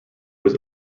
was